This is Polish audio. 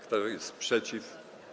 Kto jest przeciw?